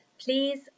please